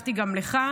הבטחתי גם לך.